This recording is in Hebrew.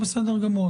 בסדר גמור.